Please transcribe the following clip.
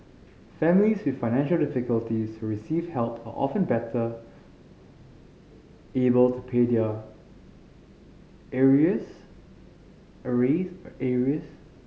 families with financial difficulties receive help are often better able to pay their arrears